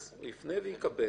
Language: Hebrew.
אז הוא יפנה ויקבל.